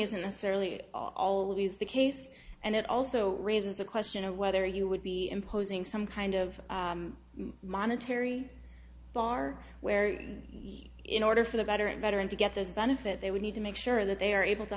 isn't necessarily always the case and it also raises the question of whether you would be imposing some kind of monetary bar where in order for the better and better and to get those benefit they would need to make sure that they are able to